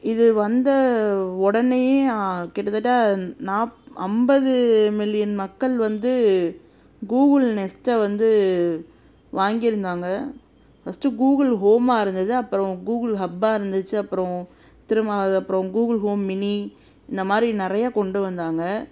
இது வந்த உடனேயே கிட்டத்தட்ட நாப் ஐம்பது மில்லியன் மக்கள் வந்து கூகுள் நெஸ்ட்டை வந்து வாங்கியிருந்தாங்க ஃபஸ்ட்டு கூகுள் ஹோமாக இருந்தது அப்புறம் கூகுள் ஹப்பாக இருந்துச்சு அப்புறம் திரும்ப அது அப்புறம் கூகுள் ஹோம் மினி இந்த மாதிரி நிறைய கொண்டு வந்தாங்க